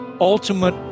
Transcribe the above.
ultimate